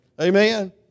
Amen